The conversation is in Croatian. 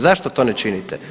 Zašto to ne činite?